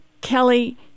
Kelly